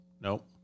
Nope